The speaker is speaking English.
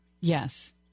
Yes